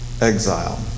exile